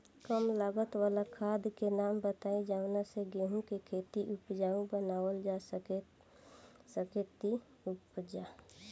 कम लागत वाला खाद के नाम बताई जवना से गेहूं के खेती उपजाऊ बनावल जा सके ती उपजा?